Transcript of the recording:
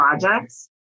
projects